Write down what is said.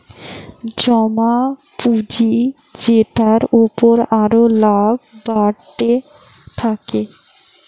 জমা পুঁজি যেটার উপর আরো লাভ বাড়তে থাকে